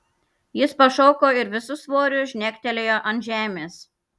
jis pašoko ir visu svoriu žnektelėjo ant žemės